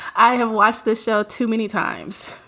i have watched this show too many times